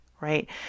right